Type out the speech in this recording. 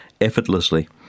effortlessly